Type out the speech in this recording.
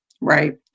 right